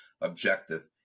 objective